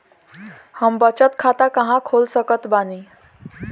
हम बचत खाता कहां खोल सकत बानी?